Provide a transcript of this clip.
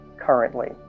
currently